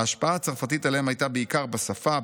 ההשפעה הצרפתית עליהם הייתה בעיקר בשפה,